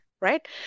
right